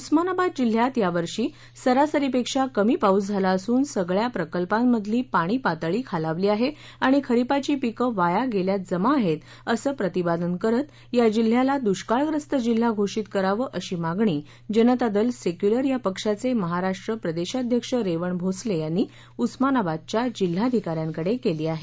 उस्मानाबाद जिल्ह्यात यावर्षी सरासरीपेक्षा कमी पाऊस झाला असून सगळ्या प्रकल्पांमधली पाणी पातळी खालावली आहे आणि खरिपाची पिकं वाया गेल्यात जमा आहेत असं प्रतिपादन करत या जिल्ह्याला दुष्काळग्रस्त जिल्हा घोषित करावं अशी मागणी जनता दल सेक्युलर या पक्षाचे महाराष्ट्र प्रदेशाध्यक्ष रेवण भोसले यांनी उस्मानाबादच्या जिल्हाधिकाऱ्यांकडे केली आहे